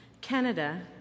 Canada